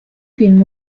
film